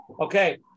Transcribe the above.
Okay